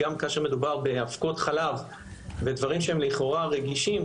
גם כאשר מדובר באבקות חלב ובדברים שהם לכאורה רגישים,